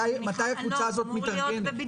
מתי הקבוצה הזאת מתארגנת?